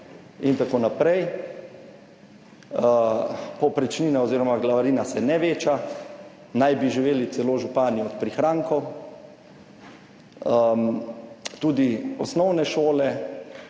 in tako naprej. Povprečnina oziroma glavarina se ne veča, naj bi živeli celo župani od prihrankov, tudi osnovne šole.